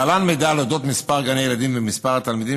להלן מידע על אודות מספר גני ילדים ומספר תלמידים